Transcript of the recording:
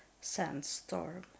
sandstorm